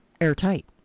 airtight